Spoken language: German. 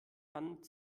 hand